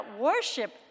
worship